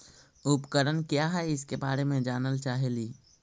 उपकरण क्या है इसके बारे मे जानल चाहेली?